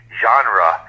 genre